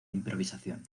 improvisación